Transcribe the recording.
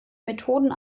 methoden